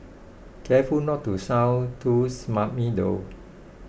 careful not to sound too smarmy though